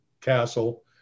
castle